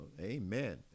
amen